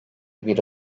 biri